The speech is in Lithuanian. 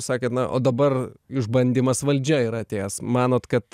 sakėt na o dabar išbandymas valdžia yra atėjęs manot kad